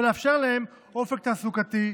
ולאפשר להם אופק תעסוקתי,